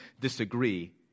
disagree